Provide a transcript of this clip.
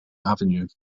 avenue